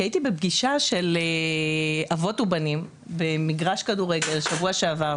כי הייתי בפגישה של אבות ובנים במגרש כדורגל שבוע שעבר,